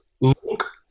look